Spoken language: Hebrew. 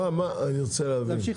אני רוצה להבין,